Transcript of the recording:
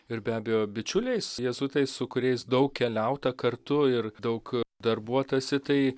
ir be abejo bičiuliais jėzuitais su kuriais daug keliauta kartu ir daug darbuotasi tai